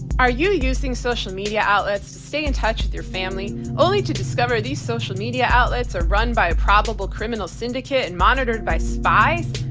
are you using social media outlets to stay in touch with your family only to discover these social media outlets are run by a probable criminal syndicate and monitored monitored by spies?